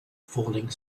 falling